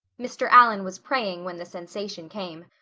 mr. allan was praying when the sensation came.